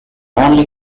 only